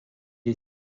est